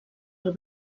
del